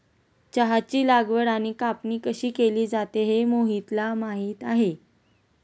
चहाची लागवड आणि कापणी कशी केली जाते हे मोहितला माहित आहे